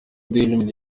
dailymail